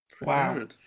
Wow